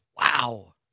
Wow